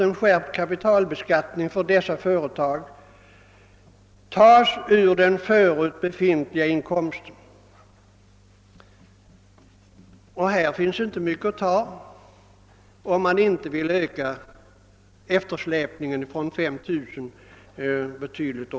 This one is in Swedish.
En skärpning av kapitalbeskattningen måste, såsom jag tidigare sagt, finansieras av den förut befintliga inkomsten för familjeföretaget. Det finns dock inte mycket att ta, om man inte vill öka inkomstklyftan på ca 5000 kronor betydligt.